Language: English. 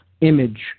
image